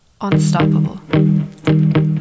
Unstoppable